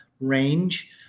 range